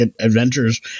Adventures